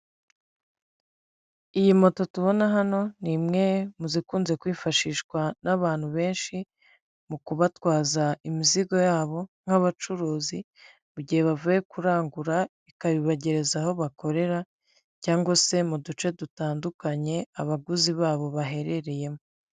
Iyi moto tubona hano ni imwe mu zikunze kwifashishwa n'abantu benshi mu kubatwaza imizigo yabo, nk'abacuruzi mu gihe bavuye kurangura. Ikabibagereza aho bakorera cyangwa se mu duce dutandukanye abaguzi babo baherereyemo.